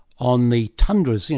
on the tundras,